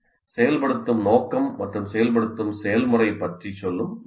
செயல்படுத்தும் நோக்கம் மற்றும் செயல்படுத்தும் செயல்முறை பற்றி சொல்லும் வழி இது